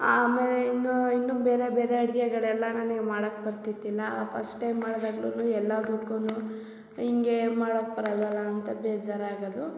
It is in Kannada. ಆಮೇಲೆ ಇನ್ನೂ ಇನ್ನೂ ಬೇರೆ ಬೇರೆ ಅಡುಗೆಗಳೆಲ್ಲ ನನಿಗೆ ಮಾಡಕ್ಕೆ ಬರ್ತಿದ್ದಿಲ್ಲ ಫಸ್ಟ್ ಟೈಮ್ ಮಾಡ್ದಾಗ್ಲೂ ಎಲ್ಲಾದುಕ್ಕೂ ಹಿಂಗೆ ಮಾಡಕ್ಕೆ ಬರಲ್ಲವಲ್ಲ ಅಂತ ಬೇಜಾರಾಗೋದು